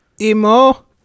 Emo